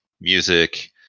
music